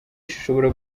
ishobora